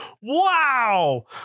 wow